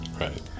Right